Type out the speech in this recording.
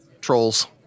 trolls